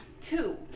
Two